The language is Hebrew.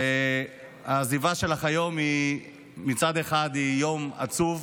והעזיבה שלך היום היא מצד אחד יום עצוב